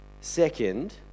Second